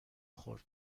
خورد